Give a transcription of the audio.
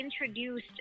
introduced